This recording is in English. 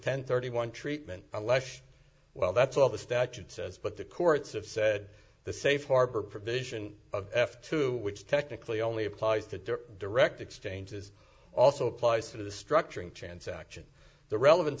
ten thirty one treatment or less well that's all the statute says but the courts have said the safe harbor provision of f two which technically only applies to direct exchanges also applies to the structuring chance action the relevance